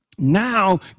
Now